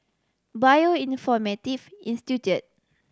Bioinformatics Institute